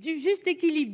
du juste équilibre